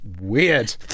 weird